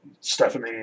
Stephanie